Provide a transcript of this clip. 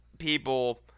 people